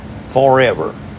forever